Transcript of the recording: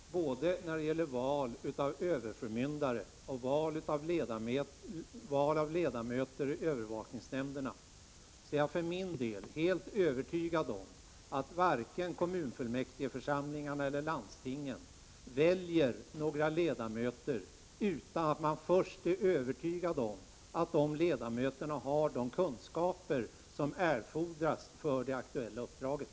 Herr talman! Både när det gäller val av överförmyndare och val av ledamöter i övervakningsnämnderna är jag för min del helt övertygad om att varken kommunfullmäktigeförsamlingarna eller landstingen väljer ledamöter utan att först vara säkra på att ledamöterna har de kunskaper som erfordras för det aktuella uppdraget.